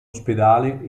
ospedale